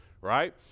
right